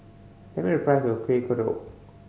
tell me the price of Kueh Kodok